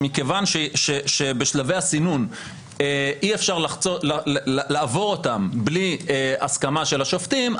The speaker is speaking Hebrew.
שמכיוון שבשלבי הסינון אי-אפשר לעבור אותם בלי הסכמה של השופטים,